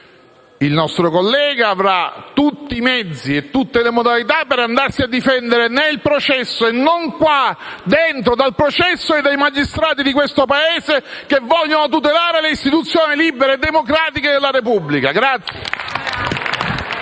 Il nostro collega avrà tutti i mezzi e tutte le modalità per difendersi nel processo e non qua dentro dal processo e dai magistrati di questo Paese, che vogliono tutelare le istituzioni libere e democratiche della Repubblica.